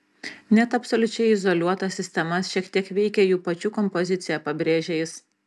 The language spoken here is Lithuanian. net absoliučiai izoliuotas sistemas šiek tiek veikia jų pačių kompozicija pabrėžia jis